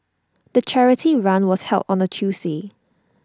the charity run was held on A Tuesday